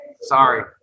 Sorry